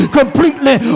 completely